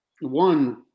one